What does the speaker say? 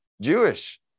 Jewish